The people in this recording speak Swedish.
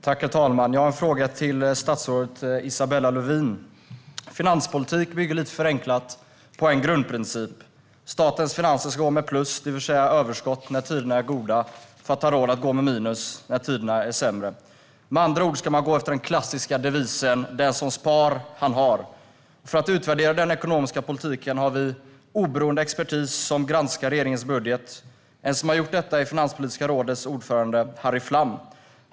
Herr talman! Jag har en fråga till statsrådet Isabella Lövin. Finanspolitik bygger lite förenklat på en grundprincip: Statens finanser ska gå med plus, det vill säga överskott, när tiderna är goda för att ha råd att gå med minus när tiderna är sämre. Med andra ord ska man gå efter den klassiska devisen "den som spar, han har". För att utvärdera den ekonomiska politiken har vi oberoende expertis som granskar regeringens budget. En som har gjort detta är Finanspolitiska rådets ordförande Harry Flam.